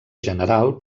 general